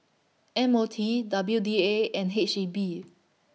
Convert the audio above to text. M O T W D A and H E B